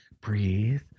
breathe